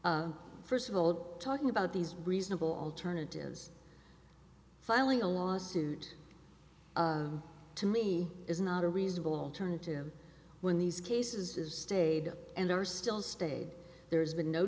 counsel first of all talking about these reasonable alternatives filing a lawsuit to me is not a reasonable alternative when these cases is stayed up and there are still stayed there's been no